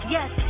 Yes